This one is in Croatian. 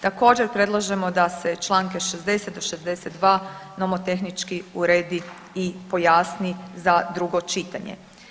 Također predlažemo da se Članka 60. do 62. nomotehnički uredi i pojasni za drugo čitanje.